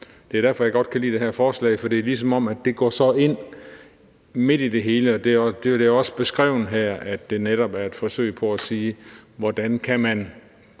Det er derfor, jeg godt kan lide det her forslag, for det er ligesom om, at det går ind midt i det hele, og det er jo også beskrevet her, at det netop er et forsøg på at sige: Hvordan kan man